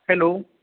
hello